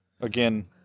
Again